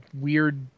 weird